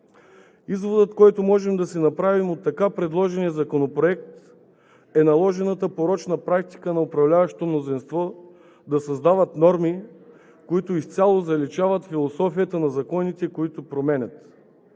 Изводът, който можем да си направим от така предложения законопроект, е наложената порочна практика на управляващото мнозинство да създават норми, които изцяло заличават философията на законите, които променят.